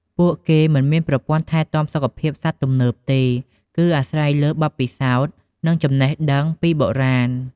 ពួកគេមិនមានប្រព័ន្ធថែទាំសុខភាពសត្វទំនើបទេ គឺអាស្រ័យលើបទពិសោធន៍និងចំណេះដឹងពីបុរាណ។